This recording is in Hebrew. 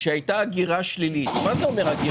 שהייתה הגירה שלילית, מה זה אומר?